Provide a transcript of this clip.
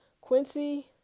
Quincy